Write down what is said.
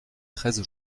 treize